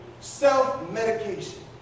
self-medication